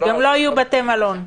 גם לא יהיו בתי מלון.